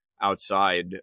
outside